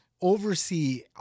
Oversee